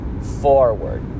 forward